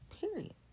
Period